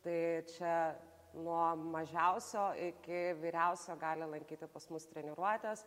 tai čia nuo mažiausio iki vyriausio gali lankyti pas mus treniruotes